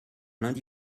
lundi